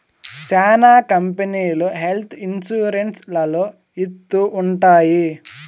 శ్యానా కంపెనీలు health insurance లలో ఇత్తూ ఉంటాయి